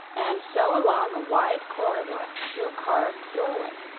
and so along a wide corridor to a carved doorway.